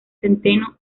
centeno